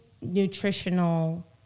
nutritional